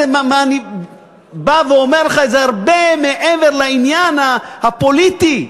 אני אומר לך את זה הרבה מעבר לעניין הפוליטי.